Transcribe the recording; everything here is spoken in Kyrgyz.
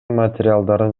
материалдарын